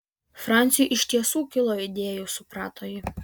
franciui iš tiesų kilo idėjų suprato ji